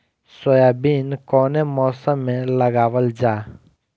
Soybean कौने मौसम में लगावल जा?